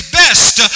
best